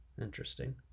Interesting